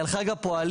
על חג הפועלים,